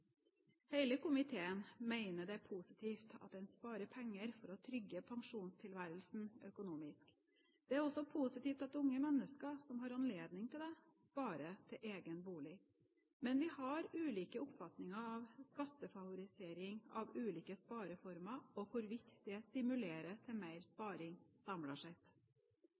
komiteen mener det er positivt at en sparer penger for å trygge pensjonisttilværelsen økonomisk. Det er også positivt at unge mennesker som har anledning til det, sparer til egen bolig. Men vi har ulike oppfatninger av skattefavorisering av ulike spareformer og hvorvidt det stimulerer til mer sparing samlet sett.